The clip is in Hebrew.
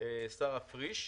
שרה פריש,